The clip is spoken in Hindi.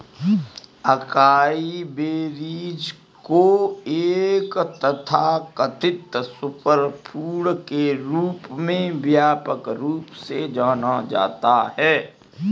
अकाई बेरीज को एक तथाकथित सुपरफूड के रूप में व्यापक रूप से जाना जाता है